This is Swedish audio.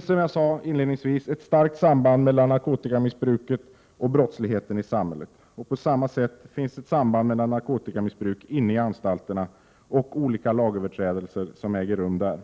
Som jag inledningsvis sade finns ett starkt samband mellan narkotikamissbruk och brottslighet i samhället. På samma sätt finns ett samband mellan narkotikamissbruk inne i anstalterna och olika lagöverträdelser som äger rum där.